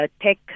tech